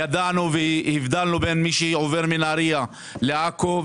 הבדלנו בין מי שעובר מנהריה לעכו,